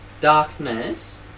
Darkness